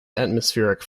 atmospheric